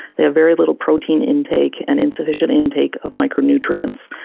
they have very little protein intake and insufficient intake of micronutrients.